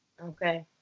Okay